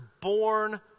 born